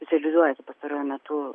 specializuojasi pastaruoju metu